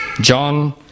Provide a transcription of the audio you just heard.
John